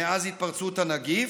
מאז התפרצות הנגיף,